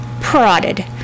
prodded